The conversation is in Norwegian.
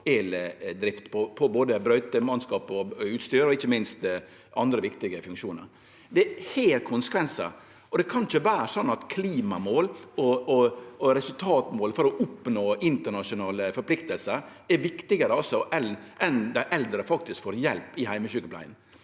eldrift på både brøyteutstyr og ikkje minst andre viktige funksjonar. Det har konsekvensar. Det kan ikkje vere sånn at klimamål og resultatmål for å oppnå internasjonale forpliktingar er viktigare enn at dei eldre faktisk får hjelp i heimesjukepleia.